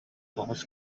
thomas